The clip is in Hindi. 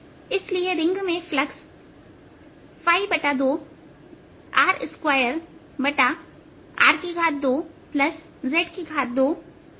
इसलिए रिंग में फ्लक्स 2R2R2z232होगा